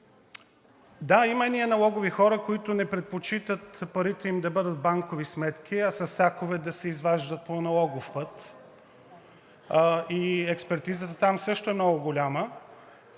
да, има едни аналогови хора, които не предпочитат парите им да бъдат в банкови сметки, а със сакове да се изваждат по аналогов път, и експертизата там също е много голяма.